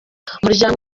umuryango